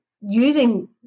using